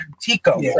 Tico